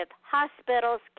hospitals